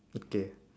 okay